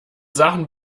sachen